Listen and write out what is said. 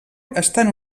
estan